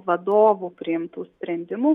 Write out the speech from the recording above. vadovų priimtų sprendimų